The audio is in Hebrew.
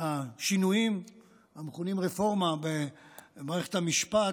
השינויים המכונים "רפורמה במערכת המשפט"